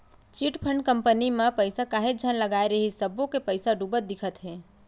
chit fund company म पइसा काहेच झन लगाय रिहिस सब्बो के पइसा डूबत दिखत हे